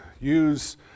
use